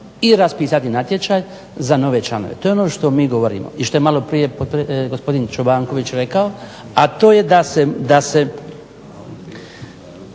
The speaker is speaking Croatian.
i raspisati natječaj za nove članove. To je ono što mi govorimo i što je maloprije gospodin Čobanković rekao, a to je da se